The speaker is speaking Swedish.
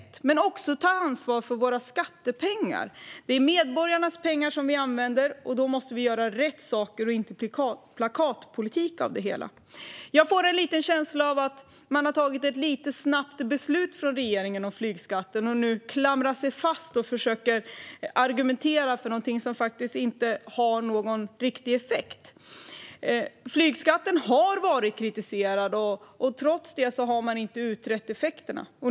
Men det handlar också om att ta ansvar för våra skattepengar. Det är medborgarnas pengar vi använder, och då måste vi göra rätt saker och inte göra plakatpolitik av det hela. Jag får en känsla av att man har fattat ett lite för snabbt beslut från regeringen om flygskatten och att man nu klamrar sig fast och försöker argumentera för någonting som faktiskt inte har någon riktig effekt. Flygskatten har varit kritiserad, men trots det har man inte utrett effekterna.